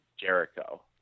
Jericho